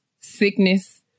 sickness